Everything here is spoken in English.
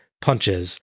punches